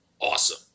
awesome